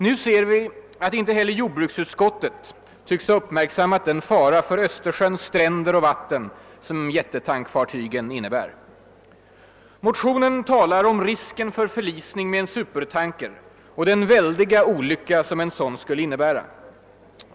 Nu ser vi att inte heller jordbruksutskottet tycks ha uppmärksammat den fara för Östersjöns stränder och vatten som iättetankfartygen innebär. Motionen talar om risken för förlisning med en supertanker och den väldiga olycka som en sådan skulle innebära.